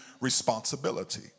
responsibility